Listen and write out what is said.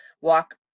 walk